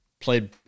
played